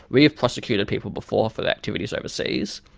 we have prosecuted people before for their activities overseas.